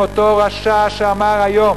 אותו רשע שאמר היום